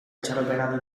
itxaropena